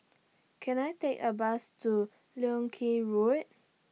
Can I Take A Bus to Leng Kee Road